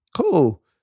cool